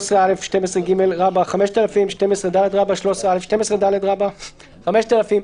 13(א)(12ג) - 5,000; (12ד) 13(א)(12ד) -5,000".